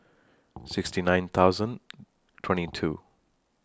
sixty nine thousand twenty two